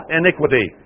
iniquity